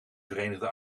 verenigde